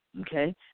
Okay